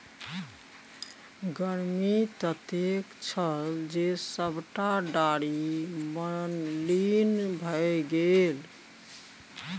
गर्मी ततेक छल जे सभटा डारि मलिन भए गेलै